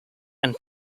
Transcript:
and